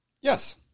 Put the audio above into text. Yes